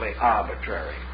arbitrary